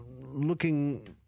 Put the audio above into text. looking